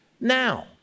now